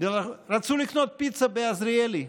הם רצו לקנות פיצה בעזריאלי,